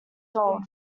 old